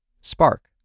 Spark